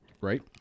Right